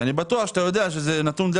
אני בטוח שאתה יודע שזה נתון די